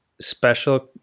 special